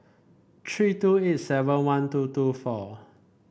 three two eight seven one two two four